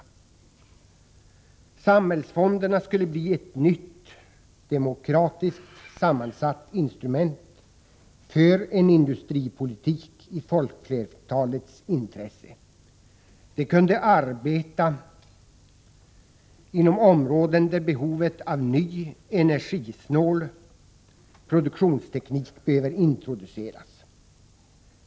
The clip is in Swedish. Samhällsfonderna skulle bli ett nytt, demokratiskt sammansatt instrument för en industripolitik i folkflertalets intresse. De kunde arbeta inom områden där ny, energisnål produktionsteknik behöver introduceras.